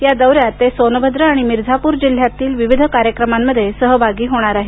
या दौऱ्यात ते सोनभद्र आणि मिर्झापूर जिल्ह्यातल्या विविध कार्यक्रमांमध्ये सहभागी होणार आहेत